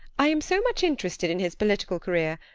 i am so much interested in his political career.